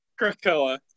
Krakoa